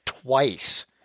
Twice